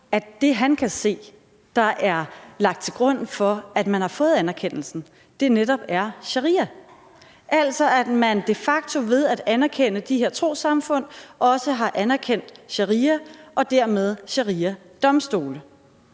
at det, han kan se der er lagt til grund for, at de har fået anerkendelsen, netop er sharia, altså at man de facto ved at anerkende de her trossamfund også har anerkendt sharia og dermed shariadomstole.